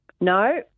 No